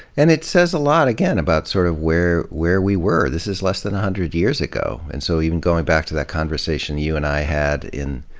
and it says a lot, again, about sort of where where we were. this is less than a hundred years ago. and so even going back to that conversation you and i had in,